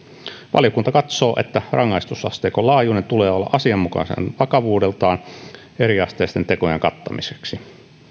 valiokunta katsoo että rangaistusasteikon laajuuden tulee olla asianmukainen vakavuudeltaan eriasteisten tekojen kattamiseksi